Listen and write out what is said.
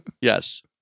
Yes